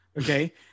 okay